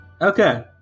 Okay